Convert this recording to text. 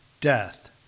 death